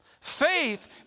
Faith